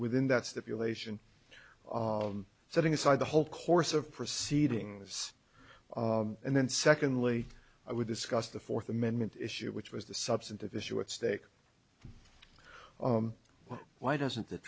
within that stipulation setting aside the whole course of proceeding was and then secondly i would discuss the fourth amendment issue which was the substantive issue at stake why doesn't th